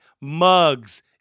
mugs